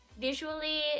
visually